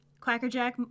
Quackerjack